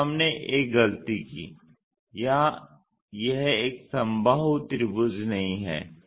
तो हमने एक गलती की यहाँ यह एक समबाहु त्रिभुज नहीं है